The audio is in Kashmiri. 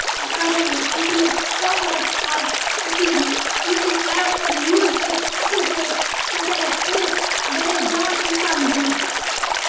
کَرٕنۍ کَمپٕلیٖٹ سُہ ہَسا ہیٚکہِ اَز أتی یِمنٕے اٮ۪پَن یوٗز کٔرِتھ اصل پٲٹھۍ سُہ ہَسا ہیٚکہِ پٔرِتھ واریاہ جان اِنسان بٔنِتھ